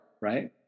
right